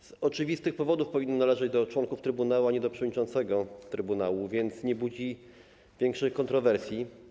z oczywistych powodów powinny należeć do członków trybunału, a nie do przewodniczącego trybunału, więc nie budzi większych kontrowersji.